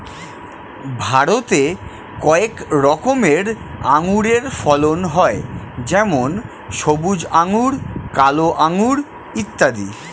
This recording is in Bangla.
ভারতে কয়েক রকমের আঙুরের ফলন হয় যেমন সবুজ আঙুর, কালো আঙুর ইত্যাদি